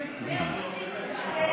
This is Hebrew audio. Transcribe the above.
נגד?